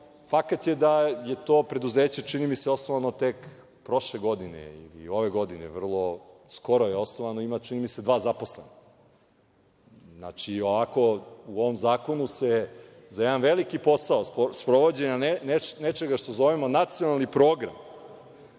fakat je da je to preduzeće, čini mi se, osnovano tek prošle godine, ili ove godine, vrlo skoro je osnovano i čini mi se ima dva zaposlenog. Znači, u ovom zakonu se za jedan veliki posao, sprovođenja nečega, što zovemo nacionalni program